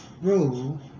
rule